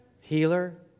Healer